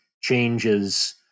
changes